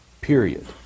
Period